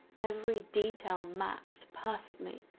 every detail matched perfectly,